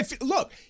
Look